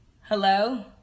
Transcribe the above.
Hello